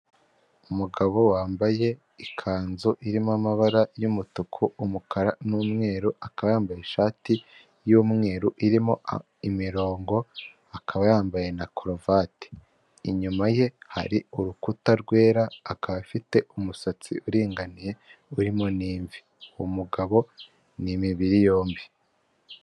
Umugabo wambaye ikanzu irimo amabara y'umutuku, umukara n'umweru akaba yambaye ishati y'umweru irimo imirongo, akaba yambaye na karuvati. Inyuma ye hari urukuta rwera akaba afite umusatsi uringaniye urimo n'invi, uwo mugabo ni imibiri yombi.